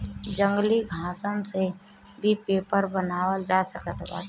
जंगली घासन से भी पेपर बनावल जा सकत बाटे